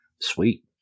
Sweet